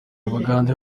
abagande